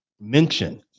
mention